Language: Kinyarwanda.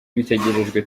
bitegerejwe